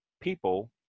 people